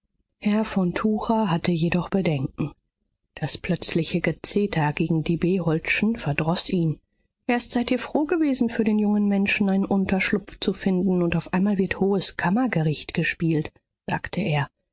herr von tucher hatte jedoch bedenken das plötzliche gezeter gegen die beholdschen verdroß ihn erst seid ihr froh gewesen für den jungen menschen einen unterschlupf zu finden und auf einmal wird hohes kammergericht gespielt sagte er